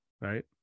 right